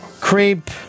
creep